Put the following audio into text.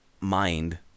mind